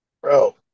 Bro